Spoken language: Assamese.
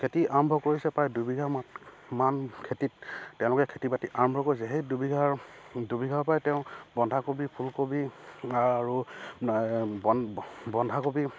খেতি আৰম্ভ কৰিছে প্ৰায় দুবিঘা মান খেতিত তেওঁলোকে খেতি বাতি আৰম্ভ কৰিছে সেই দুবিঘাৰ দুবিঘাৰ পৰাই তেওঁ বন্ধাকবি ফুলকবি আৰু বন্ধাকবি